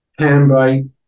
handbrake